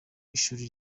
ishuri